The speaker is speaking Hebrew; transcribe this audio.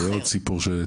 כן, זה עוד סיפור שטיפלנו.